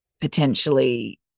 Potentially